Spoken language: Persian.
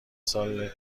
سال